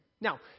Now